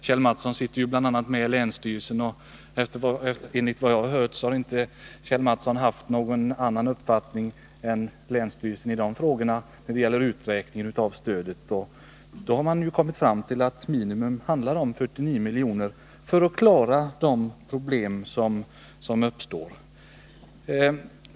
Kjell Mattsson sitter ju bl.a. i länsstyrelsen, och enligt vad jag hört har Kjell Mattsson inte haft någon annan uppfattning än länsstyrelsen när det gäller uträkningen av stödet. Man har kommit fram till att minimum är 49 miljoner för att klara de problem som uppstår.